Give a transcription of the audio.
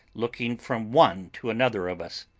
looking from one to another of us.